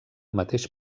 mateix